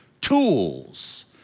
tools